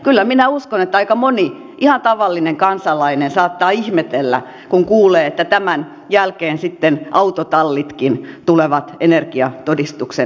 kyllä minä uskon että aika moni ihan tavallinen kansalainen saattaa ihmetellä kun kuulee että tämän jälkeen sitten autotallitkin tulevat energiatodistuksen piiriin